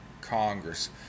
Congress